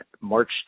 March